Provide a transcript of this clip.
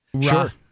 Sure